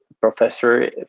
professor